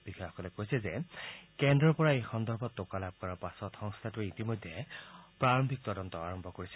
বিষয়াসকলে কৈছে যে কেন্দ্ৰৰ পৰা এই সন্দৰ্ভত টোকা লাভ কৰাৰ পাছত সংস্থাটোৱে ইতিমধ্যে প্ৰাৰম্ভিক তদন্ত আৰম্ভ কৰিছে